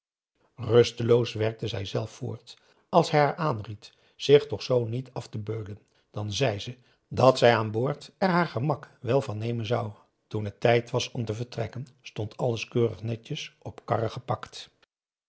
aanried p a daum hoe hij raad van indië werd onder ps maurits zich toch zoo niet af te beulen dan zei ze dat zij aan boord er haar gemak wel van nemen zou toen het tijd was om te vertrekken stond alles keurig netjes op karren gepakt